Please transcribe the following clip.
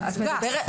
שקר גס.